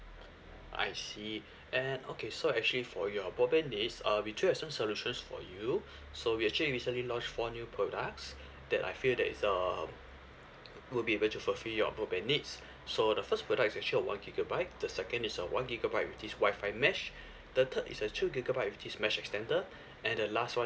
I see and okay so actually for your broadband needs uh we do have some solutions for you so we actually recently launch four new products that I feel that it's um would be able to fulfill your broadband needs so the first product is actually a one gigabyte the second is a one gigabyte with this Wi-Fi mesh the third is a two gigabyte with this mesh extender and the last [one]